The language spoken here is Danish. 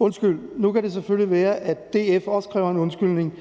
Undskyld. Nu kan det selvfølgelig være, at DF også kræver en undskyldning,